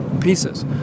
pieces